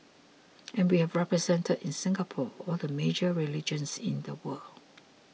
and we have represented in Singapore all the major religions in the world